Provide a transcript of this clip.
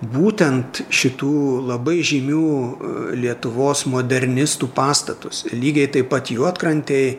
būtent šitų labai žymių lietuvos modernistų pastatus lygiai taip pat juodkrantėj